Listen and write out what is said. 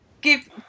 Give